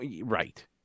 Right